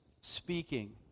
speaking